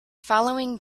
following